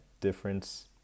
difference